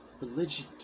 religion